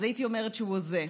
אז הייתי אומרת שהוא הוזה.